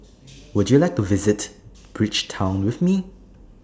Would YOU like to visit Bridgetown with Me